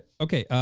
okay.